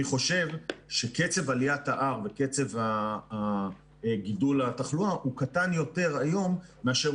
אני חושב שקצב עליה ה-R וקצב גידול בתחלואה הוא קטן יותר היום מאשר